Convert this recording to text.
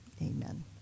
Amen